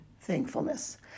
thankfulness